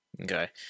Okay